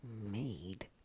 made